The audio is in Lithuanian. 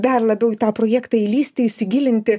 dar labiau į tą projektą įlįsti įsigilinti